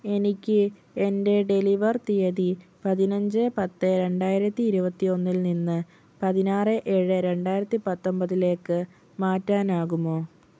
എനിക്ക് എന്റെ ഡെലിവർ തീയതി പതിനഞ്ച് പത്ത് രണ്ടായിരത്തി ഇരുപത്തി ഒന്നില് നിന്ന് പതിനാറ് ഏഴ് രണ്ടായിരത്തി പത്തൊന്പതിലേക്ക് മാറ്റാനാകുമോ